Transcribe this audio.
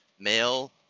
male